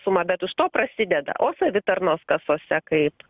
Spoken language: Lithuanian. sumą bet už to prasideda o savitarnos kasose kaip